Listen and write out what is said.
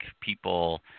people